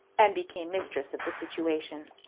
and became mistress of the situation.